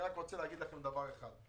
אני רק רוצה להגיד לכם דבר אחד.